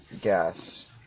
gas